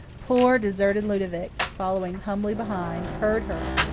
poor, deserted ludovic, following humbly behind, heard her,